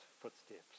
footsteps